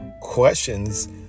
questions